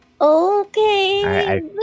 Okay